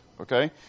Okay